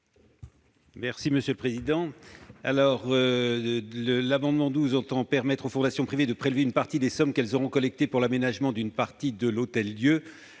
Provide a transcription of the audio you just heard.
de la commission ? Cet amendement vise à permettre aux fondations privées de prélever une partie des sommes qu'elles auront collectées pour l'aménagement d'une partie de l'Hôtel-Dieu.